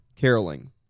caroling